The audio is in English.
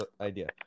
idea